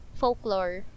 folklore